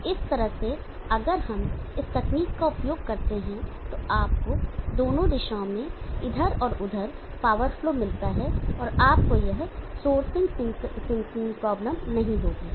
तो इस तरह से अगर हम इस तकनीक का उपयोग करते हैं तो आपको दोनों दिशाओं में इधर और उधर पावर फ्लो मिलता और आपको यह सोर्सिंग सिंकिंग प्रॉब्लम नहीं होगी